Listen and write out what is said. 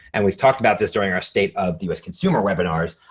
and we've talked about this during our state of the us consumer webinars.